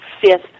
fifth